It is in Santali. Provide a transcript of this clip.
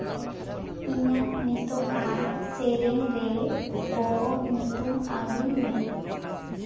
ᱤᱧᱟᱹᱜ ᱱᱤᱛᱚᱜ ᱟᱜ ᱥᱮᱨᱮᱧ ᱨᱮ ᱵᱚᱦᱚᱜ ᱧᱩᱛᱩᱢ ᱟᱹᱜᱩᱭ ᱢᱮ